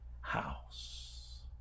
house